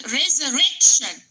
resurrection